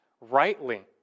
rightly